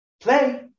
play